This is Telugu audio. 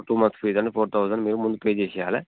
టూ మంత్స్ పీజ్ కానీ ఫోర్ థౌసండ్ మీరు ముందు పే చేయాలి